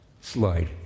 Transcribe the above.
slide